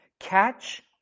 Catch